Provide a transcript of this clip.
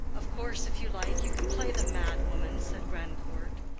of course, if you like, you can play the mad woman, said grandcourt,